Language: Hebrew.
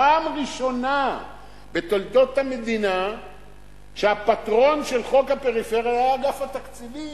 פעם ראשונה בתולדות המדינה שהפטרון של חוק הפריפריה היה אגף התקציבים.